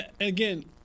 Again